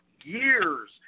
years